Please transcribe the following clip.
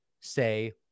say